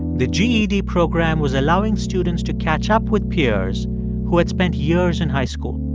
the ged program was allowing students to catch up with peers who had spent years in high school.